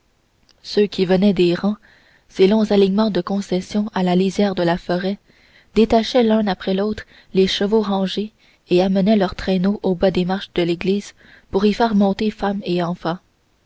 ceux qui venaient des rangs ces longs alignements de concessions à la lisière de la forêt détachaient l'un après l'autre les chevaux rangés et amenaient leurs traîneaux au bas des marches de l'église pour y faire monter femmes et enfants